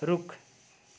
रुख